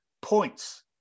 points